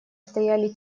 стояли